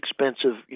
expensive